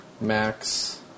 Max